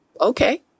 Okay